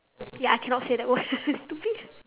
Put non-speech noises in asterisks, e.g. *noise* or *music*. ya I cannot say that word *laughs* stupid